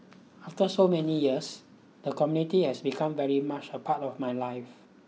after so many years the community has become very much a part of my life